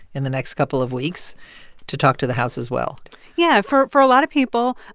in the next couple of weeks to talk to the house as well yeah. for for a lot of people,